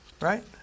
Right